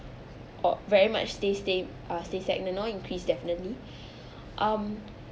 or very much stay stay uh stay stagnant or increase definitely um